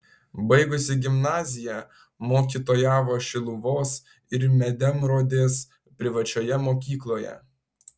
baigusi gimnaziją mokytojavo šiluvos ir medemrodės privačioje mokykloje